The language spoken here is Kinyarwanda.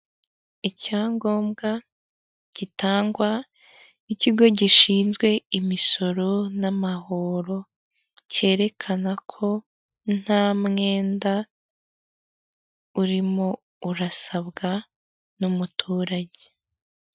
Icyangombwa gitangwa n'ikigo gishinzwe imisoro n'amahoro, cyerekana ko nta mwenda urimo urasabwa n'umuturage.